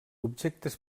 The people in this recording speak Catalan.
objectes